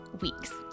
weeks